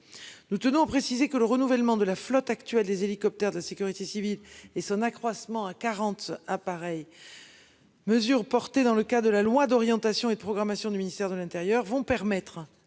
Nous tenons à préciser que le renouvellement de la flotte actuelle des hélicoptères de la sécurité civile et son accroissement à 40 appareils. Mesure portées dans le cas de la loi d'orientation et de programmation du ministère de l'Intérieur vont permettre